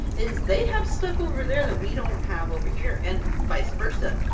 is they have stuff over there, that we don't have over here, and vice versa!